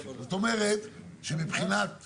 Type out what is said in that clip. זאת אומרת, שמבחינת